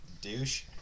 Douche